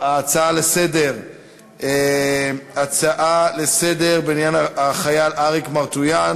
ההצעות לסדר-היום בעניין החייל אריק מרטויאן